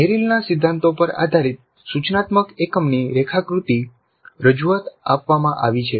મેરિલના સિદ્ધાંતો પર આધારિત સૂચનાત્મક એકમની રેખાકૃતિ રજૂઆત આપવામાં આવી છે